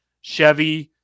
Chevy